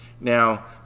Now